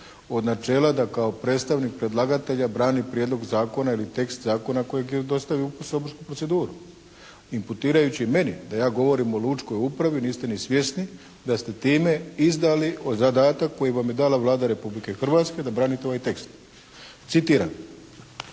od načela da kao predstavnik predlagatelja brani prijedlog zakona ili tekst zakona kojeg je dostavio u saborsku proceduru. Imputirajući meni da ja govorim o lučkoj upravi niste ni svjesni da ste time izdali zadatak koji vam je dala Vlada Republike Hrvatske da branite ovaj tekst. Citiram,